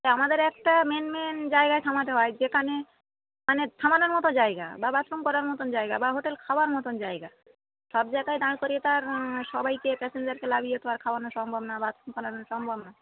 আমাদের একটা main main জায়গায় থামাতে হয় যেখানে মানে থামানোর মতো জায়গা বা বাথরুম করার মতন জায়গা বা হোটেল খাওয়ার মতন জায়গা সব জায়গায় দাঁড় করিয়ে তার সবাইকে প্যাসেঞ্জারকে নামিয়ে তো আর খাওয়ানোর সম্ভব না বাথরুম করানো সম্ভব না